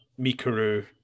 Mikuru